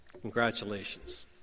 Congratulations